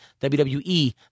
WWE